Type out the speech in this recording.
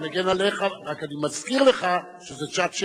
אני מגן עליך, רק אני מזכיר לך שזאת שעת שאלות.